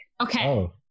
Okay